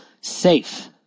safe